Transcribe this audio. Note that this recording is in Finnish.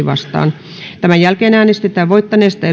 vastaan tämän jälkeen äänestetään voittaneesta